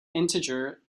integer